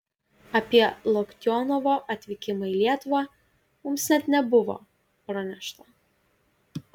apie loktionovo atvykimą į lietuvą mums net nebuvo pranešta